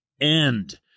end